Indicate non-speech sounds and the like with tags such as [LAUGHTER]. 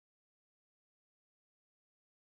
[UNINTELLIGIBLE]